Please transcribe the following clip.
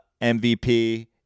MVP